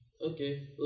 okay